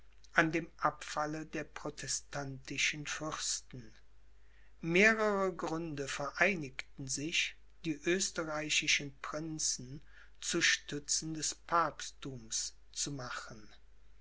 an dem abfalle der protestantischen fürsten mehrere gründe vereinigten sich die österreichischen prinzen zu stützen des papstthums zu machen